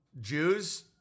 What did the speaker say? Jews